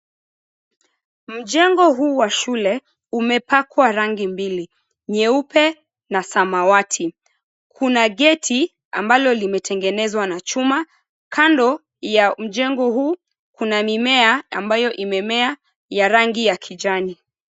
Mjengo huu wa shule, umepakwa rangi mbili nyeupe na samawati. Kuna geti ambalo limetengenezwa na chuma, kando ya mjengo huu, kuna mimea ambayo imemea ya rangi ya kijani.